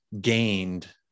gained